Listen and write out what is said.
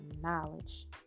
knowledge